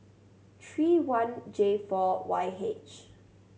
three one J four Y H